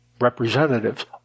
representatives